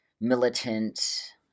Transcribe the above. militant